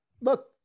look